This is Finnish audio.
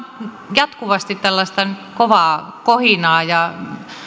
jatkuvasti tällaista kovaa kohinaa ja